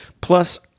Plus